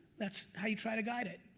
that's how you try to guide it.